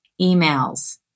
emails